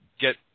get